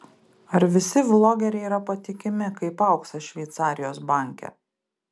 ar visi vlogeriai yra patikimi kaip auksas šveicarijos banke